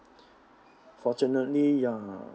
fortunately ya